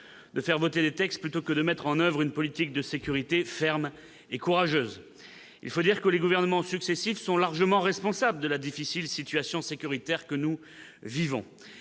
de faire voter des textes plutôt que de mettre en oeuvre une politique de sécurité fermes et courageuses, il faut dire que les gouvernements successifs sont largement responsables de la difficile situation sécuritaire que nous vivons,